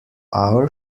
our